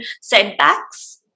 setbacks